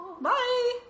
Bye